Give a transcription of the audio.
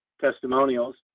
testimonials